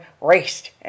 raced